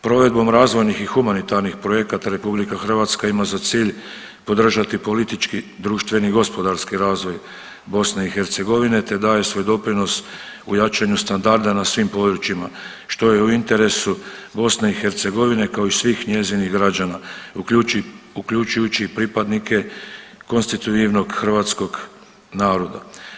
Provedbom razvojnih i humanitarnih projekata RH ima za cilj podržati politički, društveni i gospodarski razvoj BiH te daje svoj doprinos u jačanju standarda na svim područjima što je u interesu BiH kao i svih njezinih građana uključujući i pripadnike konstitutivnog hrvatskog naroda.